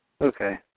Okay